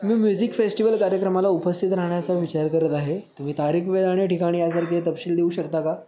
मी music festival कार्यक्रमाला उपस्थित राहण्याचा विचार करत आहे तुम्ही तारीख वेळ आणि ठिकाण यासारखे तपशील देऊ शकता का